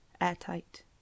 Airtight